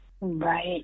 Right